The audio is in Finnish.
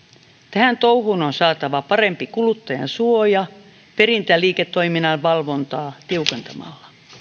tähän touhuun on saatava parempi kuluttajansuoja perintäliiketoiminnan valvontaa tiukentamalla